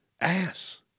ass